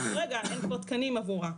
כרגע אין כבר תקנים עבורה.